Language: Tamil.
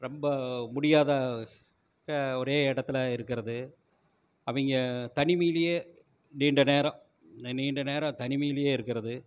ரொம்ப முடியாத ஒரே இடத்துல இருக்கிறது அவங்க தனிமையிலையே நீண்ட நேரம் நீண்ட நேரம் தனிமையிலையே இருக்கிறது